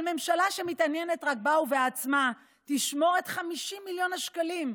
אבל ממשלה שמתעניינת רק בה ובעצמה תשמור את 50 מיליון השקלים,